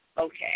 Okay